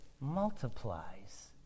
multiplies